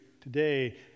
today